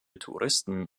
touristen